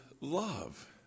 love